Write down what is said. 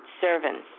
servants